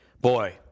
boy